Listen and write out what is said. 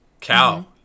Cow